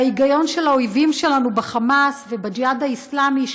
ההיגיון של האויבים שלנו בחמאס ובג'יהאד האסלאמי,